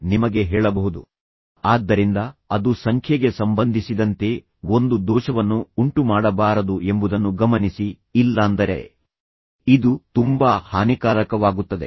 ಆದ್ದರಿಂದ ನೀವು ಮಾಡಬೇಕಾದ ಕೆಲಸಗಳ ಪಟ್ಟಿಯಲ್ಲಿ ವಿಶೇಷವಾಗಿ ಸಂಖ್ಯೆಗಳ ವಿಷಯದಲ್ಲಿ ಅವರು ನೀಡುತ್ತಿದ್ದರೆ ಆದ್ದರಿಂದ ಅದು ಸಂಖ್ಯೆಗೆ ಸಂಬಂಧಿಸಿದಂತೆ ಒಂದು ದೋಷವನ್ನು ಉಂಟು ಮಾಡಬಾರದು ಎಂಬುದನ್ನು ಗಮನಿಸಿ ಇಲ್ಲಾಂದರೆ ಇದು ತುಂಬಾ ಹಾನಿಕಾರಕವಾಗುತ್ತದೆ